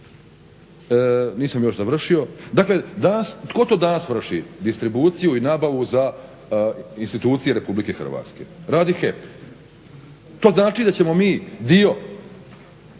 Nisam još završio. Dakle, danas tko to danas vrši distribuciju i nabavu za institucije RH? Radi HEP. To znači da ćemo mi dio